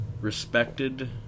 respected